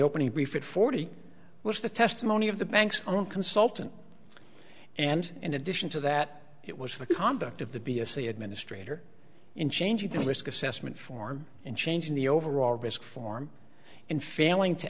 opening brief it forty was the testimony of the bank's own consultant and in addition to that it was the conduct of the b s a administrator in changing the risk assessment form and changing the overall risk form in failing to